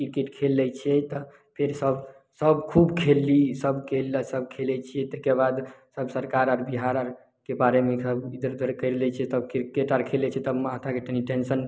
cricket खेल लै छियै तऽ फेर सब सब खूब खेलली ई सब गेन्द आर लए खेलै छियै ताहिके बाद सब सरकार आर बिहार आरके बारेमे इधर जब करि दै छियै क्रिकेट आर खेलै छियै तऽ माथाके तनी टेन्शन